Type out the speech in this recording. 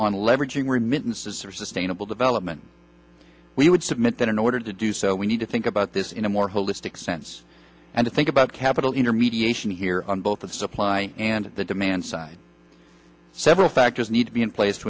leveraging remittances or sustainable development we would submit that in order to do so we need to think about this in a more holistic sense and to think about capital intermediation here on both the supply and the demand side several factors need to be in place